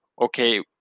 Okay